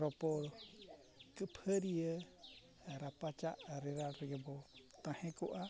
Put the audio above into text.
ᱨᱚᱯᱚᱲ ᱠᱷᱟᱹᱯᱟᱹᱨᱤᱭᱟᱹ ᱨᱟᱯᱟᱪᱟᱜ ᱨᱮᱜᱮ ᱵᱚ ᱛᱟᱦᱮᱸ ᱠᱚᱜᱼᱟ